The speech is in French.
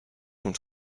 sont